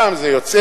פעם זה יוצא,